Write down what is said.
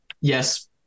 yes